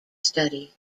study